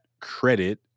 credit